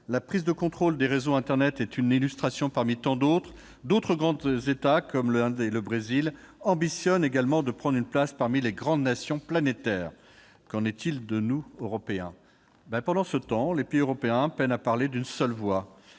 La prise de contrôle des réseaux internet est une illustration parmi tant d'autres. D'autres grands États, comme l'Inde et le Brésil, ambitionnent également de prendre place parmi les grandes nations planétaires. Et, pendant ce temps, les pays européens peinent à parler d'une seule voix.